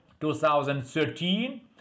2013